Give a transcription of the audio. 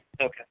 Okay